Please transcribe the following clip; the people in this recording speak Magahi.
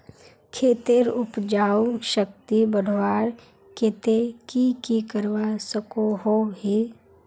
खेतेर उपजाऊ शक्ति बढ़वार केते की की करवा सकोहो ही?